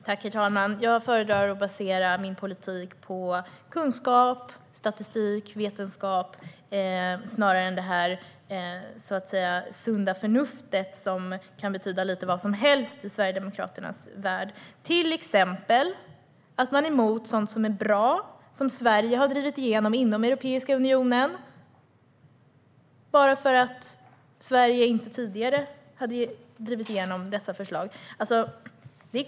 Herr talman! Jag föredrar att basera min politik på kunskap, statistik och vetenskap snarare än på det där "sunda förnuftet" som kan betyda lite vad som helst i Sverigedemokraternas värld. Till exempel kan det betyda att man är emot sådant som är bra och som Sverige har drivit igenom inom Europeiska unionen bara för att Sverige inte har drivit igenom det tidigare.